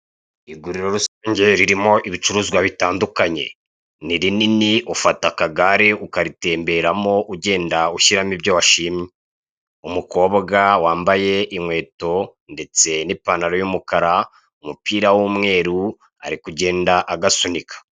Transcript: Iguriro rusange ririmo ibicuruzwa bitandukanye, ni rinini ufata akagare ukaritemberamo ugenda ushyiramo ibyo washimye, umukobwa wambaye inkweto ndetse n'ipantaro y'umukara umupira w'umweru ari kugenda agasunika.